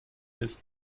his